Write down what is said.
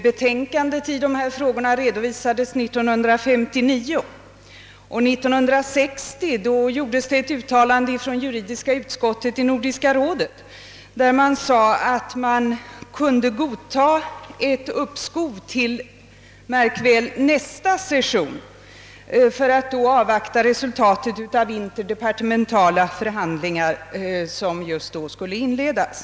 Betänkandet i ärendet redovisades 1959, och 1960 gjorde juridiska utskottet i Nordiska rådet ett uttalande om att man kunde godta ett uppskov till — märk väl! — nästa session för att avvakta de interdepartementala förhandlingar som just då skulle inledas.